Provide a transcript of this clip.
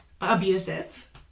abusive